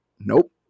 nope